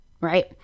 Right